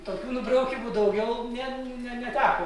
tokių nubraukymų daugiau ne neteko